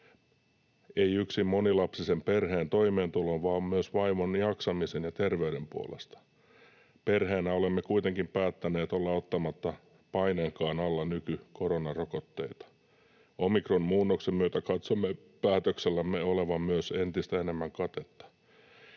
ei yksin monilapsisen perheen toimeentulon vaan myös vaimoni jaksamisen ja terveyden puolesta. Perheenä olemme kuitenkin päättäneet olla ottamatta paineenkaan alla nykykoronarokotteita. Omikronmuunnoksen myötä katsomme päätöksellämme olevan myös entistä enemmän katetta.